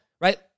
Right